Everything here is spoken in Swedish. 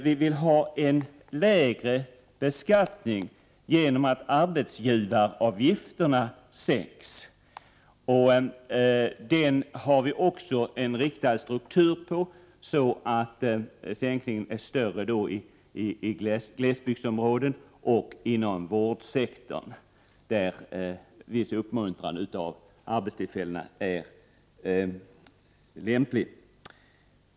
Vi vill ha en lägre beskattning genom att arbetsgivaravgifterna sänks. Den sänkningen ger vi också en riktad struktur, så att sänkningen är större i glesbygdsområden och inom vårdsektorn, där viss uppmuntran av arbetstillfällen är lämplig.